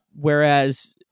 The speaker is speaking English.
Whereas